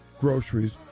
groceries